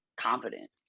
confident